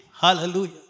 Hallelujah